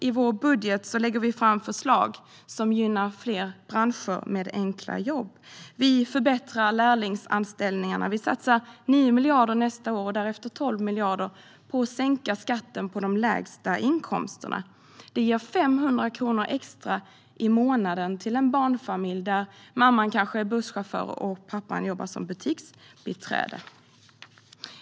I vår budget lägger vi fram förslag som gynnar fler branscher med enkla jobb. Vi förbättrar lärlingsanställningarna. Vi satsar 9 miljarder nästa år och därefter 12 miljarder på att sänka skatten på de lägsta inkomsterna, vilket ger 500 kronor extra i månaden till en barnfamilj där mamman kanske är busschaufför och pappan jobbar som butiksbiträde.